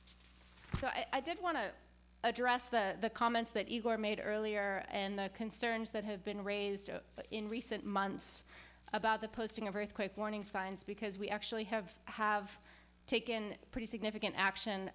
i did want to address the comments that you were made earlier and the concerns that have been raised in recent months about the posting of earthquake warning signs because we actually have have taken pretty significant action